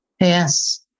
Yes